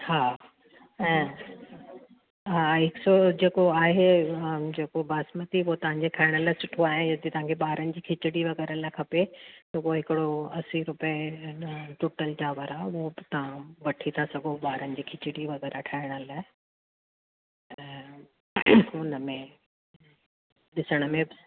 हा ऐं हा हिकु सौ जेको आहे हा जेको बासमती उहो तव्हांजे खाइण लाइ सुठो आहे यदि तव्हांखे ॿारनि जी खिचड़ी वग़ैरह लाइ खपे त पोइ हिकिड़ो असीं रुपे टुटल चांवर आहे उहो बि तव्हां वठी था सघो ॿारनि जे खिचड़ी वग़ैरह ठाहिण लाइ ऐं हुन में ॾिसण में